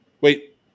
Wait